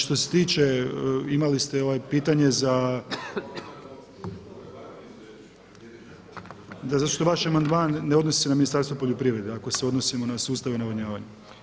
Što se tiče, imali ste pitanje za… … [[Upadica, govornik nije uključen.]] da zato što vaš amandman ne odnosi se na Ministarstvo poljoprivrede, ako se odnosimo na sustav navodnjavanja.